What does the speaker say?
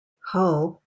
hull